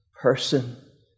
person